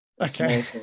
Okay